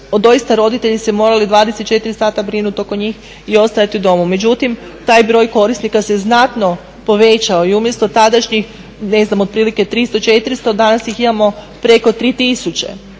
doista roditelji se morali 24 sata brinuti oko njih i ostajati doma. Međutim taj broj korisnika se znatno povećao i umjesto tadašnjih, ne znam, otprilike 300, 400 danas ih imamo preko 3